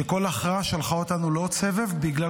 שכל הכרעה שלחה אותנו לעוד סבב בגלל